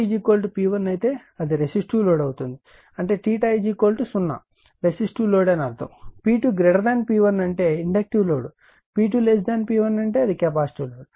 కాబట్టి ఇక్కడ P2 P1 అయితే అది రెసిస్టివ్ లోడ్ అవుతుంది అంటే 0 రెసిస్టివ్ లోడ్ అని అర్థ P2 P1 అంటే ఇండక్టివ్ లోడ్ P2 P1 అంటే అది కెపాసిటివ్ లోడ్